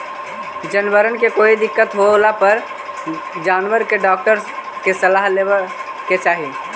जनबरबन के कोई तरह के दिक्कत होला पर जानबर के डाक्टर के सलाह लेबे के चाहि